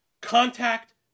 contact